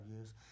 years